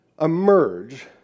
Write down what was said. emerge